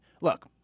look